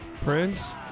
Prince